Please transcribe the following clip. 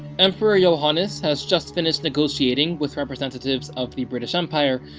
emperor yohannes has just finished negotiating with representatives of the british empire,